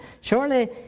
Surely